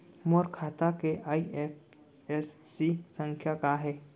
मोर खाता के आई.एफ.एस.सी संख्या का हे?